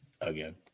Again